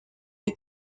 les